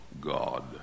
God